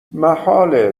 محاله